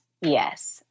Yes